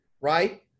right